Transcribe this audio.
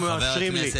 אם מאשרים לי.